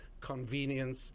convenience